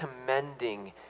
commending